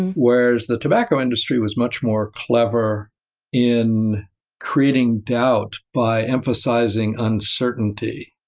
and whereas the tobacco industry was much more clever in creating doubt by emphasizing uncertainty.